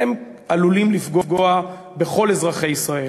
עלולה לפגוע בכל אזרחי ישראל.